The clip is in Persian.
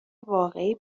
واقعی